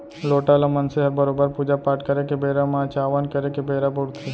लोटा ल मनसे हर बरोबर पूजा पाट करे के बेरा म अचावन करे के बेरा बउरथे